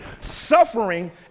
suffering